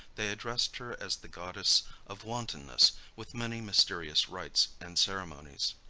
they addressed her as the goddess of wantonness with many mysterious rites and ceremonies.